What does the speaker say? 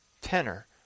tenor